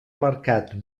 marcat